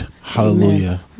Hallelujah